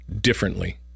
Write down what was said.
differently